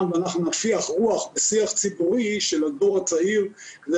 ואנחנו נפיח רוח בשיח ציבורי של הדור הצעיר כדי